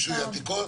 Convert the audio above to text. רישוי עתיקות וכולי.